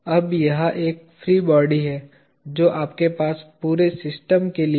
अब यह एक फ्री बॉडी है जो आपके पास पूरे सिस्टम के लिए है